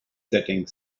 setting